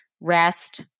rest